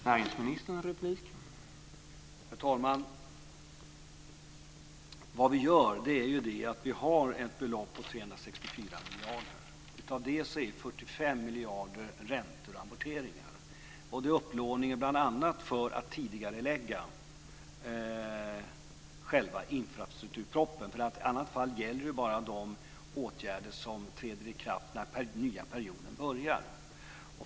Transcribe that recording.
Herr talman! Vi har ett belopp på 364 miljarder. Av det är 45 miljarder räntor och amorteringar. Avsikten med upplåningen är bl.a. att tidigarelägga själva infrastrukturpropositionen. I annat fall gäller bara de åtgärder som träder i kraft när den nya perioden börjar.